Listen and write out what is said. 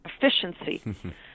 efficiency